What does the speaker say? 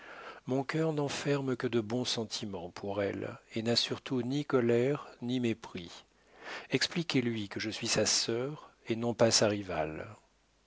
mon cœur n'enferme que de bons sentiments pour elle et n'a surtout ni colère ni mépris expliquez lui que je suis sa sœur et non pas sa rivale